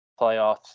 playoffs